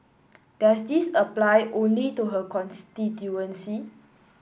does this apply only to her constituency